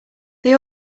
they